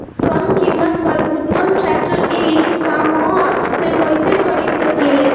कम कीमत पर उत्तम ट्रैक्टर ई कॉमर्स से कइसे खरीद सकिले?